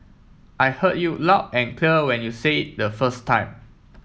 I heard you loud and clear when you say it the first time